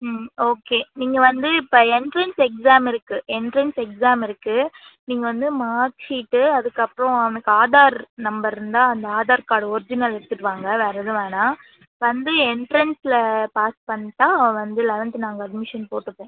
ம் ஓகே நீங்கள் வந்து இப்போ எண்ட்ரன்ஸ் எக்ஸாம் இருக்கு எண்ட்ரன்ஸ் எக்ஸாம் இருக்கு நீங்கள் வந்து மார்க்ஷீட்டு அதுக்கப்புறோம் அவனுக்கு ஆதார் நம்பர்யிருந்தா அந்த ஆதார் கார்ட் ஒர்ஜினல் எடுத்துகிட்டு வாங்கள் வேறு எதுவும் வேணாம் வந்து எண்ட்ரன்ஸ்ல பாஸ் பண்ணிட்டா அவன் வந்து லெவன்த்து நாங்கள் அட்மிஷன் போட்டுக்குவோம்